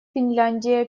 финляндия